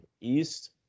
East